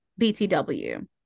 btw